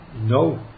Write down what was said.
no